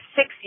six